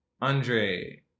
Andre